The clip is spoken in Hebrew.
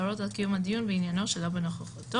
להורות על קיום הדיון בעניינו שלא בנוכחותו,